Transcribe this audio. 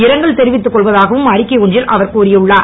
இரங்கல் தெரிவித்துக் கொள்வதாகவும் அறிக்கை ஒன்றில் அவர் கூறியுள்ளார்